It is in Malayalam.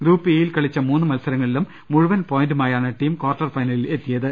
ഗ്രൂപ്പ് ഇ യിൽ കളിച്ച മൂന്ന് മത്സരങ്ങളിലും മുഴുവൻ പോയിന്റുമാ യാണ് ടീം ക്വാർട്ടർ ഫൈനലിലെത്തിയത്